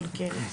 מלכיאלי.